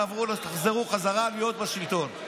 תחזרו חזרה להיות בשלטון,